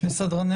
לסדרני